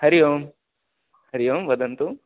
हरिः ओं हरिः ओं वदन्तु